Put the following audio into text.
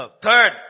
Third